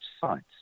sites